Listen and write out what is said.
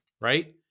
right